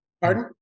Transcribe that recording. Pardon